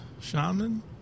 Shaman